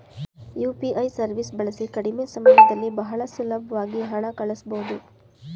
UPI ಸವೀಸ್ ಬಳಸಿ ಕಡಿಮೆ ಸಮಯದಲ್ಲಿ ಬಹಳ ಸುಲಬ್ವಾಗಿ ಹಣ ಕಳಸ್ಬೊದು